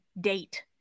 date